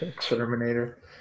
Terminator